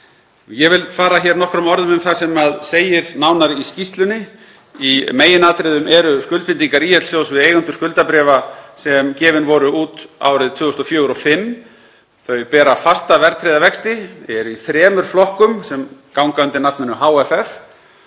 Ég vil fara hér nokkrum orðum um það sem segir í skýrslunni: Í meginatriðum eru skuldbindingar ÍL-sjóðs við eigendur skuldabréfa sem gefin voru út árið 2004 og 2005. Þau bera fasta verðtryggða vexti og eru í þremur flokkum sem ganga undir nafninu HFF,